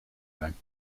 zijn